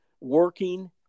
working